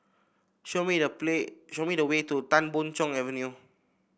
show me the play show me the way to Tan Boon Chong Avenue